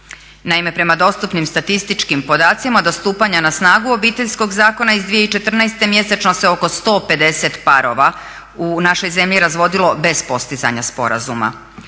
Naime, prema dostupnim statističkim podacima do stupanja na snagu Obiteljskog zakona iz 2014. mjesečno se oko 150 parova u našoj zemlji razvodili bez postizanja sporazuma.